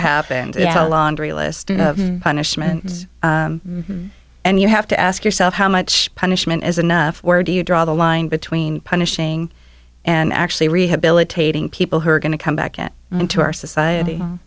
happened it's a laundry list of punishments and you have to ask yourself how much punishment is enough where do you draw the line between punishing and actually rehabilitating people who are going to come back at into our society